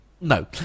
No